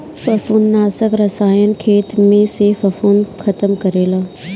फंफूदनाशक रसायन खेत में से फंफूद खतम करेला